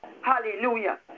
Hallelujah